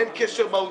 אין קשר מהותי.